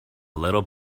little